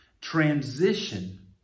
transition